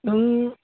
नों